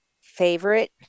favorite